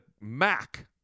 Mac